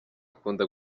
akunda